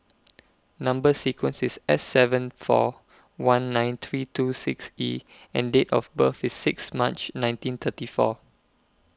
Number sequence IS S seven four one nine three two six E and Date of birth IS six March nineteen thirty four